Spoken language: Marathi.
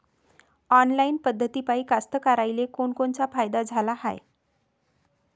ऑनलाईन पद्धतीपायी कास्तकाराइले कोनकोनचा फायदा झाला हाये?